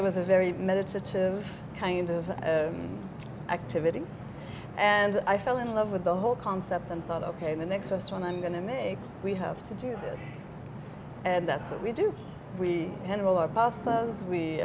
it was a very meditative kind of activity and i fell in love with the whole concept and thought ok the next one i'm going to make we have to do this and that's what we do we